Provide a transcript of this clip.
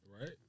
Right